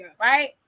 right